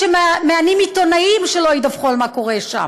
במקום שמענים עיתונאים שלא ידווחו על מה שקורה שם,